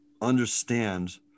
understand